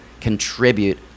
contribute